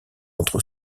entre